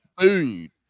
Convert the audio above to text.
food